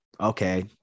okay